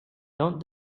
don’t